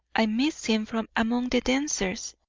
i missed him from among the dancers.